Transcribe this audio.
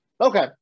Okay